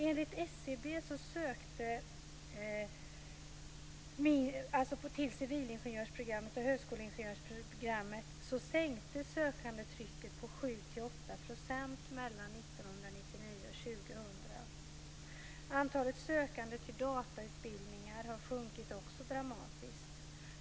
Enligt SCB sänktes sökandetrycket när det gäller civilingenjörsprogrammet och högskoleingenjörsprogrammet med 7-8 % mellan 1999 och 2000. Antalet sökande till datautbildningar har också sjunkit dramatiskt.